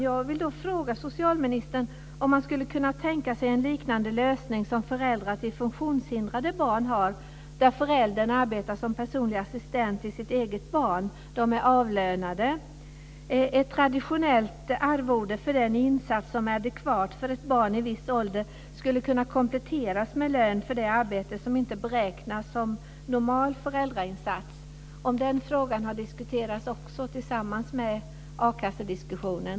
Jag vill fråga socialministern om han skulle kunna tänka sig en liknande lösning som föräldrar till funktionshindrade barn har, där föräldern arbetar som personlig assistent till sitt eget barn. De är avlönade. Ett traditionellt arvode för den insats som är adekvat för ett barn i en viss ålder skulle kunna kompletteras med lön för det arbete som inte beräknas som normal föräldrainsats. Har den frågan också diskuterats tillsammans med akassediskussionen?